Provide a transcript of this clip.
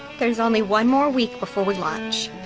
there's only one more week before we launch.